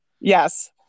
Yes